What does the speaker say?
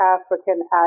African